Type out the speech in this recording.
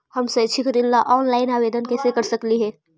हम शैक्षिक ऋण ला ऑनलाइन आवेदन कैसे कर सकली हे?